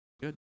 good